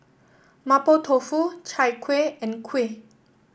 Mapo Tofu Chai Kueh and kuih